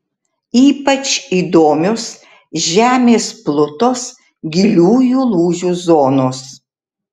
ypač įdomios žemės plutos giliųjų lūžių zonos